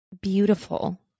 beautiful